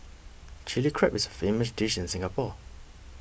Chilli Crab is a famous dish in Singapore